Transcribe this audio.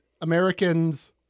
Americans—